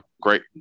great